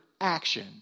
action